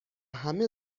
همه